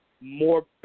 more